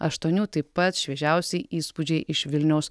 aštuonių taip pat šviežiausi įspūdžiai iš vilniaus